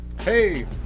Hey